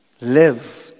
live